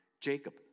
Jacob